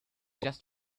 just